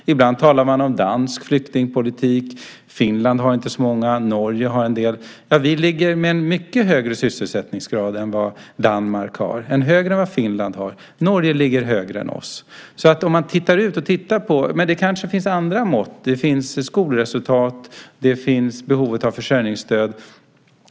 Ibland talar vi om dansk flyktingpolitik. Finland har inte så många. Norge har en del. Vi ligger på en mycket högre sysselsättningsgrad än Danmark eller Finland. Norge ligger högre än vi. Det kanske finns andra mått. Det finns skolresultat. Det finns behov av försörjningsstöd.